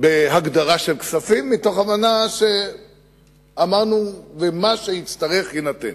בהגדרה של כספים, מתוך הבנה שמה שיצטרך, יינתן.